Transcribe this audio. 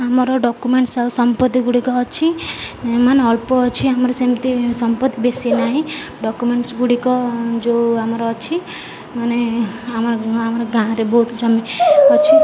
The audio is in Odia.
ଆମର ଡ଼କ୍ୟୁମେଣ୍ଟସ୍ ଆଉ ସମ୍ପତ୍ତିଗୁଡ଼ିକ ଅଛି ଏମାନେ ଅଳ୍ପ ଅଛି ଆମର ସେମିତି ସମ୍ପତ୍ତି ବେଶୀ ନାହିଁ ଡ଼କ୍ୟୁମେଣ୍ଟସ୍ଗୁଡ଼ିକ ଯେଉଁ ଆମର ଅଛି ମାନେ ଆମ ଆମର ଗାଁରେ ବହୁତ ଜମି ଅଛି